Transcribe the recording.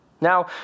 Now